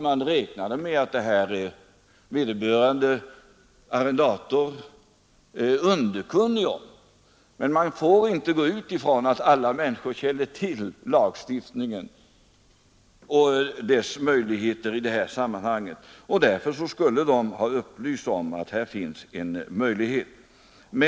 Man räknade tydligen med att arrendatorn var underkunnig om besvärsmöjligheten, men man får inte utgå från att alla människor känner till lagstiftningen och dess bestämmelser i dessa sammanhang. Därför skulle man ha upplyst om att det finns en besvärsmöjlighet.